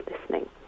listening